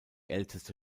älteste